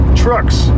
trucks